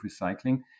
recycling